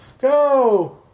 Go